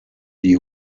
die